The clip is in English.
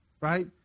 right